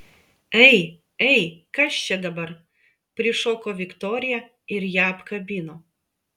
ei ei kas čia dabar prišoko viktorija ir ją apkabino